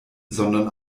sondern